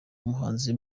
umuhanzi